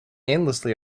endlessly